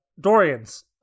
Dorians